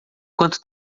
quanto